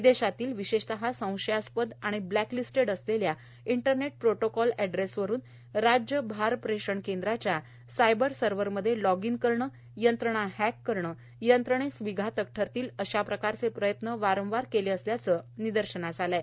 विदेशातील विशेषतः संशयास्पद आणि ब्लॅकलिस्टेड असलेल्या इंटरनेट प्रोटोकॉल एड्रेसवरुन राज्य भार प्रेषण केंद्राच्या सायबर सर्वरमध्ये लॉगईन करणे यंत्रणा हॅक करणे यंत्रणेस विघातक ठरतील या प्रकारचे प्रयत्न वारंवार केले असल्याचे निदर्शनास आले आहे